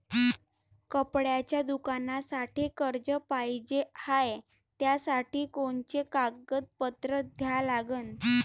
कपड्याच्या दुकानासाठी कर्ज पाहिजे हाय, त्यासाठी कोनचे कागदपत्र द्या लागन?